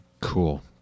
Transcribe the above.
Cool